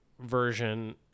version